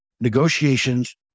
negotiations